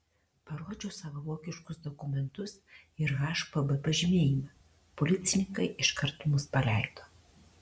parodžiau savo vokiškus dokumentus ir hpb pažymėjimą policininkai iškart mus praleido